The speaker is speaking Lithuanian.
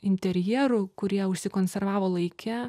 interjerų kurie užsikonservavo laike